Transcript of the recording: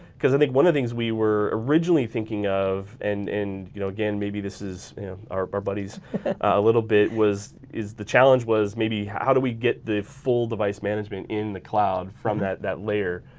cause i think one of things we were originally thinking of and and you know again maybe this is our our buddies a little bit was is the challenge was maybe how do we get the full device management in the cloud from that that layer.